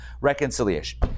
reconciliation